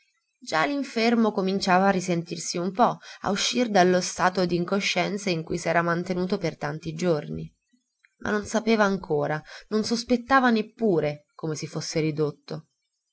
già l'infermo cominciava a risentirsi un po a uscir dallo stato d'incoscienza in cui s'era mantenuto per tanti giorni ma non sapeva ancora non sospettava neppure come si fosse ridotto